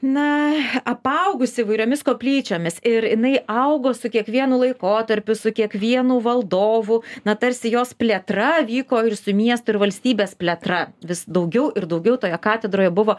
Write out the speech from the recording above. na apaugusi įvairiomis koplyčiomis ir jinai augo su kiekvienu laikotarpiu su kiekvienu valdovu na tarsi jos plėtra vyko ir su miestu ir valstybės plėtra vis daugiau ir daugiau toje katedroje buvo